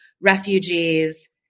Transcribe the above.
refugees